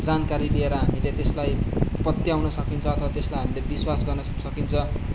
जानकारी लिएर हामीले त्यसलाई पत्याउन सकिन्छ अथवा त्यसलाई हामीले विश्वास गर्न सकिन्छ